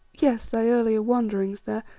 yes thy earlier wanderings there,